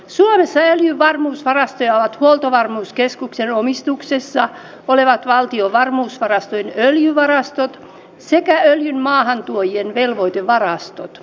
suomessa öljyn varmuusvarastoja ovat huoltovarmuuskeskuksen omistuksessa olevat valtion varmuusvarastojen öljyvarastot sekä öljyn maahantuojien velvoitevarastot